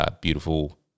Beautiful